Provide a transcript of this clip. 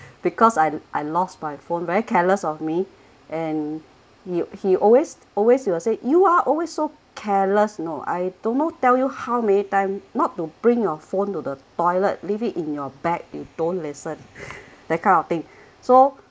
because I I lost my phone very careless of me and he he always always he's will say you ah always so careless you know I don't know tell you how many time not to bring your phone to the toilet leave it in your bag you don't listen that kind of thing so